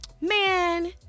Man